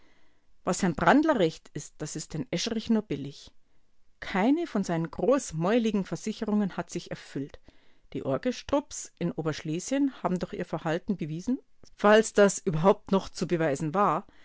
was herrn brandler recht ist das ist herrn escherich nur billig keine von seinen großmäuligen versicherungen hat sich erfüllt die orgesch-trupps in oberschlesien haben durch ihr verhalten bewiesen falls das überhaupt noch zu beweisen war